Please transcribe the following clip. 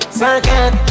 circuit